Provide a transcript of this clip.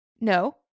No